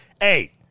hey